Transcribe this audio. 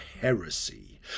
heresy